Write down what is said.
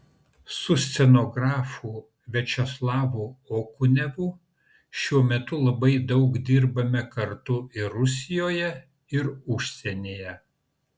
su scenografu viačeslavu okunevu šiuo metu labai daug dirbame kartu ir rusijoje ir užsienyje